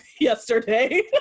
yesterday